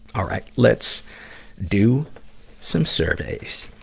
all right, let's do some surveys.